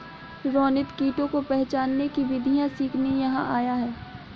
रोनित कीटों को पहचानने की विधियाँ सीखने यहाँ आया है